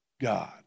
God